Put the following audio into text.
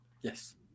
yes